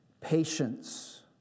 patience